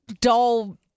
Dull